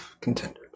contenders